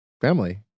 family